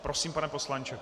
Prosím, pane poslanče.